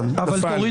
נפל.